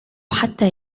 حتى